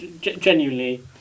genuinely